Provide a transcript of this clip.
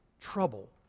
trouble